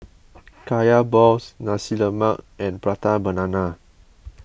Kaya Balls Nasi Lemak and Prata Banana